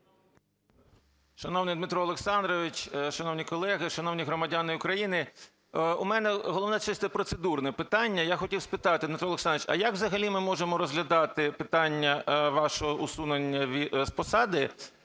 Шановний Дмитро Олександрович, шановні колеги, шановні громадяни України! У мене головне чисто процедурне питання. Я хотів спитати, Дмитро Олександрович, а як взагалі ми можемо розглядати питання вашого усунення з посади,